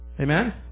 Amen